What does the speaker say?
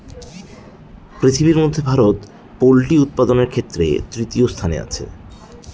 পৃথিবীর মধ্যে ভারত পোল্ট্রি উৎপাদনের ক্ষেত্রে তৃতীয় স্থানে আছে